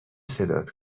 صدات